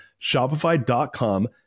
Shopify.com